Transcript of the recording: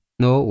no